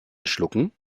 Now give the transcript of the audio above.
schlucken